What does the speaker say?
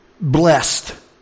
blessed